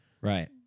Right